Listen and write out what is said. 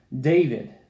David